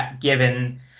given